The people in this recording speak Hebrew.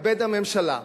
תתכבד הממשלה,